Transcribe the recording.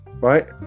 right